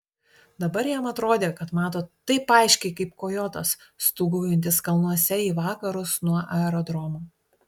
dabar jam atrodė kad mato taip aiškiai kaip kojotas stūgaujantis kalnuose į vakarus nuo aerodromo